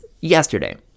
yesterday